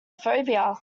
phobia